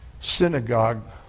synagogue